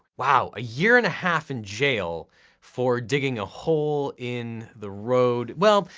wow, a year and a half in jail for digging a hole in the road. well,